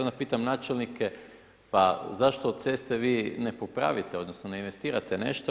Onda pitam načelnike, pa zašto ceste vi ne popravite, odnosno ne investirate nešto.